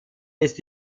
ist